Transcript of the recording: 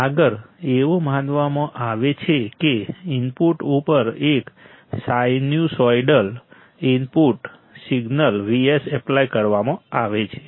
આગળ એવું માનવામાં આવે છે કે ઇનપુટ ઉપર એક sinusoidal input signal Vs apply કરવામાં આવે છે